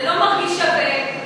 לא מרגיש שווה,